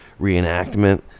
reenactment